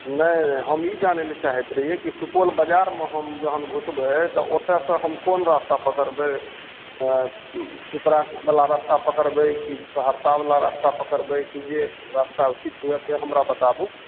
नहि नहि हम ई जानऽ लए चाहैत रहियै कि सुपौल बजारमे हम जहन घुसबै तऽ ओतऽ से हम कोन रास्ता पकड़बै पिपरा बला रास्ता पकड़बै कि सहरसा बला रास्ता पकड़बै कि जे रास्ता उचित हुए से हमरा बताबु